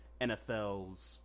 NFLs